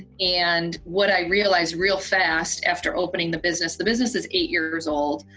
and what i realized real fast after opening the business, the business is eight years old,